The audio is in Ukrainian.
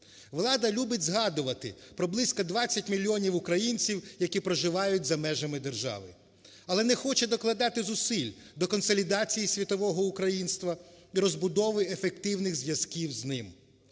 Влада любить згадувати про близько 20 мільйонів українців, які проживають за межами держави, але не хоче докладати зусиль до консолідації світового українства і розбудови ефективних зв'язків з ними.